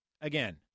again